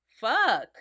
fuck